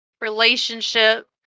relationship